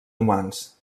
humans